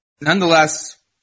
nonetheless